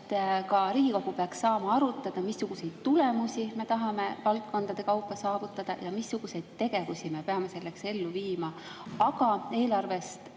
ka Riigikogu peaks saama arutada, missuguseid tulemusi me tahame valdkondade kaupa saavutada ja missuguseid tegevusi me peame selleks ellu viima. Aga eelarves